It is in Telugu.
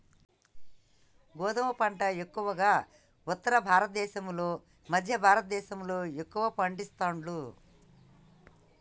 గోధుమ పంట ఎక్కువగా ఉత్తర భారత దేశం లో మధ్య భారత దేశం లో ఎక్కువ పండిస్తాండ్లు